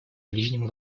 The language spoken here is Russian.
ближнем